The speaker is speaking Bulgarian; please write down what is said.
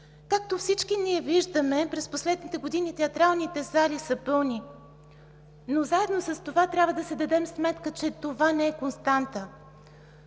Както всички ние виждаме, през последните години театралните зали са пълни, но заедно с това трябва да си дадем сметка, че това не е константа.